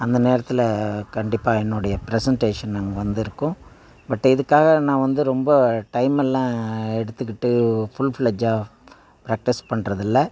அந்த நேரத்தில் கண்டிப்பாக என்னுடைய ப்ரசென்டேஷன் அங் வந்துருக்கும் பட் இதுக்காக நான் வந்து ரொம்ப டைம் எல்லாம் எடுத்துக்கிட்டு ஃபுல்ஃப்ளஜ்ஜாக ப்ராக்டிஸ் பண்றதில்லை